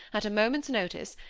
at a moment's notice,